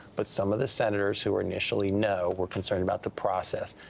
but some of the senators who are initially no were concerned about the process,